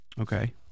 Okay